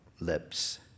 lips